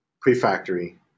pre-factory